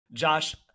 Josh